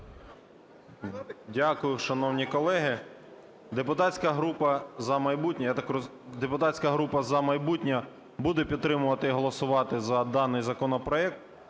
я так… депутатська група "За майбутнє" буде підтримувати і голосувати за даний законопроект.